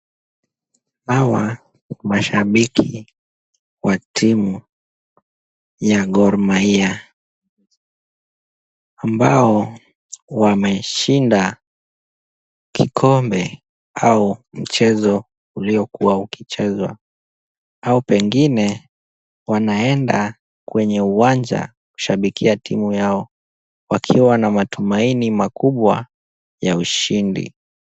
Hawa mashabiki wa timu ya Gor Mahia, ambao wameshinda kikombe au mchezo uliokua ukichezwa au pengine wanaenda kwenye uwanja kushabikia timu yao wakiwa na matumaini makubwa ya ushindi.